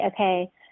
okay